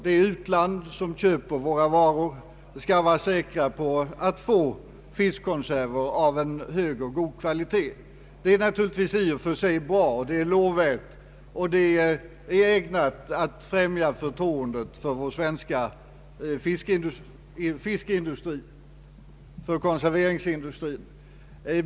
Det är naturligtvis lovvärt och ägnat att främja förtroendet för vår svenska konservindustri att de länder som köper våra varor skall vara säkra på att få fiskkonserver av en hög och god kvalitet.